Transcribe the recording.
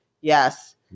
Yes